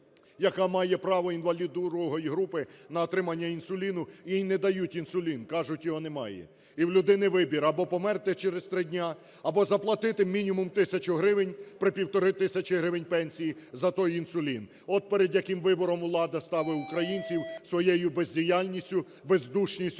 яка має право інваліда ІІ групи на отримання інсуліну, їй не дають інсулін, кажуть – його немає. І в людині вибір: або померти через 3 дні, або заплатити мінімум тисячу гривень при півтори тисячі гривень пенсії за той інсулін. От перед яким вибором влада ставить українців своєю бездіяльністю, бездушністю